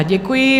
Děkuji.